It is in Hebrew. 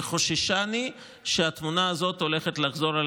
וחוששני שהתמונה הזאת הולכת לחזור על